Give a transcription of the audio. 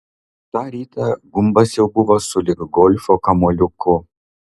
tą rytą gumbas jau buvo sulig golfo kamuoliuku